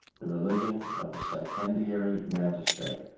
the religion of the stipendiary magistrate